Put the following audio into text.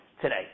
today